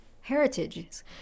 heritages